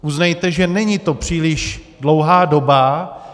Uznejte, že není to příliš dlouhá doba.